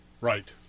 Right